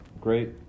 Great